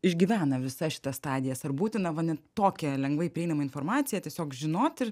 išgyvena visas šitas stadijas ar būtina va net tokią lengvai prieinamą informaciją tiesiog žinot ir